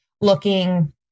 looking